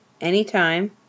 Anytime